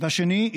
השני,